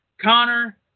Connor